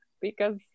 because-